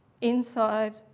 inside